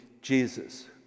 Jesus